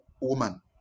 woman